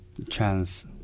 Chance